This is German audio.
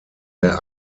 der